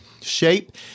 shape